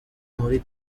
muri